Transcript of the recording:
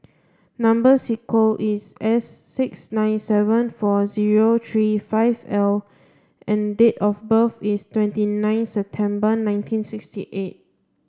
number is S six nine seven four zero three five L and date of birth is twenty nine September nineteen sixty eight